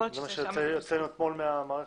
זה מה שהוצאנו אתמול מהמערכת.